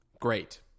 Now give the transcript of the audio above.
great